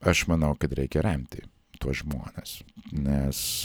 aš manau kad reikia remti tuos žmones nes